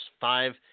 Five